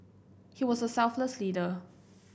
he was a selfless leader